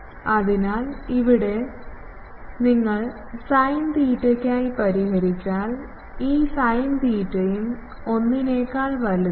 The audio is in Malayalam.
അതിനാൽ ഇവിടെ നിങ്ങൾ സൈൻ തീറ്റയ്ക്കായി പരിഹരിച്ചാൽ ഈ സൈൻ തീറ്റയും 1 നെക്കാൾ വലുതാണ്